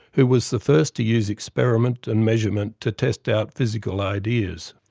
who was the first to use experiment and measurement to test out physical ideas.